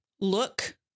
look